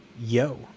Yo